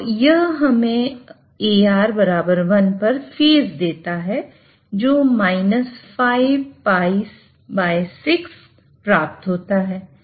तो यह हमें AR1 पर फेज देता है जो 5 π6 प्राप्त होता है